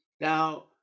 Now